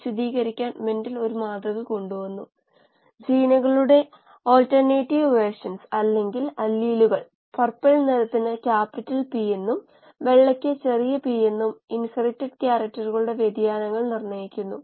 shear stress ഒരു പരിധി വരെ നേരിടാൻ ചിലവക്ക് കഴിയും ചിലവക്ക് അതിന് കഴിയില്ല നമ്മൾ അതിനെക്കുറിച്ച് അറിയണം കാരണം അത് ബയോറിയാക്ടർ വിജയകരമാകുമോ ഇല്ലയോ എന്ന് നിർണ്ണയിക്കും